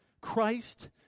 Christ